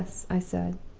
yes, i said,